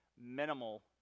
minimal